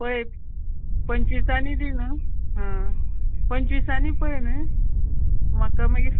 पळय पंचवीसांनी दी न्हू आं पंचवीसांनी पळय न्ही म्हाका मागीर